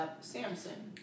Samson